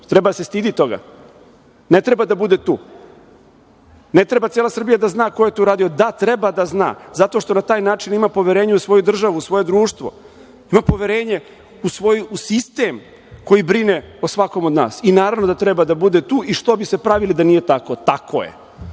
li da se stidi toga? Ne treba da bude tu? Ne treba cela Srbija da zna ko je to uradio? Da, treba da zna, zato što na taj način ima poverenje u svoju državu, u svoje društvo. Ima poverenje u sistem koji brine o svakom od nas. I naravno da treba da bude tu i što bi se pravili da nije tako. Tako je.